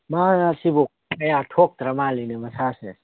ꯃꯍꯥꯛ ꯑꯁꯤꯕꯨ ꯀꯌꯥ ꯊꯣꯛꯇ꯭ꯔ ꯃꯥꯜꯂꯦꯅꯦ ꯃꯁꯥꯁꯦ